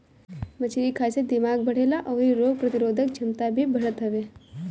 मछरी खाए से दिमाग बढ़ेला अउरी रोग प्रतिरोधक छमता भी बढ़त हवे